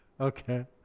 okay